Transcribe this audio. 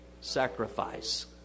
sacrifice